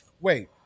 Wait